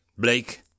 Blake